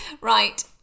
Right